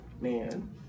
man